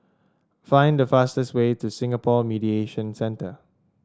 find the fastest way to Singapore Mediation Centre